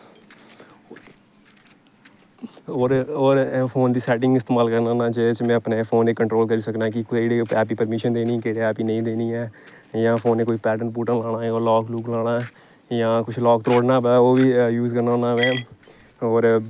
औऱ फोन दी सैटिंग इस्तेमाल करना होन्ना जेहदे कन्नै में अपने फोन गी कंट्रौल करी सकना कि कोई जेहड़ी ऐप गी नेईं देनी ऐ जा फोने गी कोई पैटरन लाना होऐ लाॅक लूक लाना होऐ जां कुछ लाॅक तरोड़ना होऐ ओह् बी यूज करना होन्ना में और